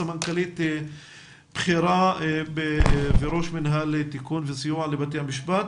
סמנכ"לית בכירה וראש מנהל תקון וסיוע לבתי המשפט,